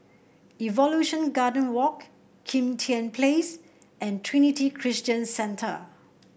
Evolution Garden Walk Kim Tian Place and Trinity Christian Centre